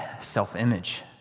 self-image